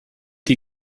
die